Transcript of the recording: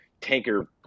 tanker